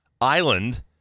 island